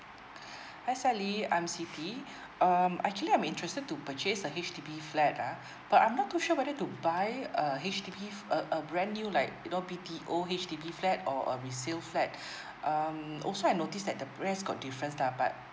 hi sally I'm siti um actually I'm interested to purchase a H_D_B flat uh but I'm not too sure whether to buy a H_D_B uh a brand new like you know B_T_O H_D_B flat or a resale flat um also I notice that the price got difference type but